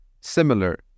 similar